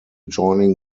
joining